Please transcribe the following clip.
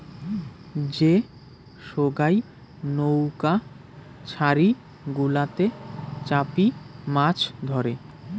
যে সোগায় নৌউকা ছারি গুলাতে চাপি মাছ ধরে